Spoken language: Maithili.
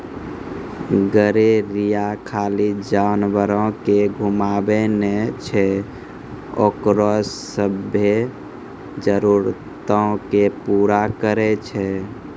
गरेरिया खाली जानवरो के घुमाबै नै छै ओकरो सभ्भे जरुरतो के पूरा करै छै